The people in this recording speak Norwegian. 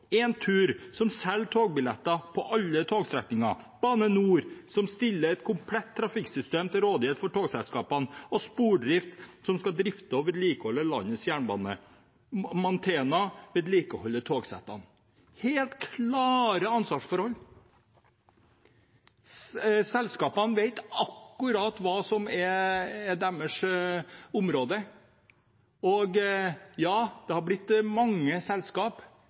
som selger togbilletter på alle togstrekninger, Bane NOR, som stiller et komplett trafikksystem til rådighet for togselskapene, Spordrift, som skal drifte og vedlikeholde landets jernbane, og Mantena, som vedlikeholder togsettene. Det er helt klare ansvarsforhold. Selskapene vet akkurat hva som er deres område. Ja, det har blitt mange selskap,